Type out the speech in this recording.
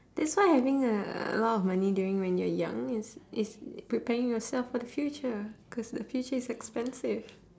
that's why having a lot of money during when you are young is is preparing yourself for the future cause the future is expensive